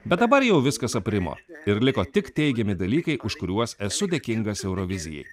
bet dabar jau viskas aprimo ir liko tik teigiami dalykai už kuriuos esu dėkingas eurovizijai